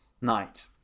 Night